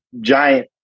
giant